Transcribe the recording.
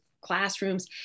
classrooms